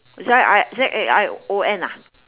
zai I Z A I O N ah